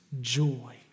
joy